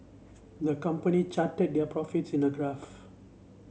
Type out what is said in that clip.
the company charted their profits in a graph